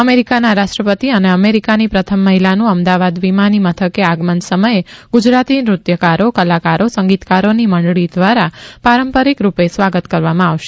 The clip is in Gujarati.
અમેરિકાના રાષ્ટ્રપતિ અને અમેરિકાની પ્રથમ મહિલાનું અમદાવાદ વિમાની મથકે આગમન સમયે ગુજરાતી નૃત્યકારો કલાકારો સંગીતકારોની મંડળી દ્વારા પારંપરિક રૂપે સ્વાગત કરવામાં આવશે